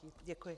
Děkuji.